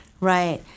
Right